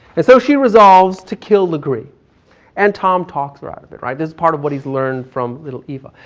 and so she resolves to kill legree and tom talks her out of it. right? there's a part of what he's learned from little ava.